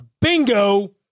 Bingo